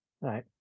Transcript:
Right